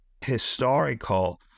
historical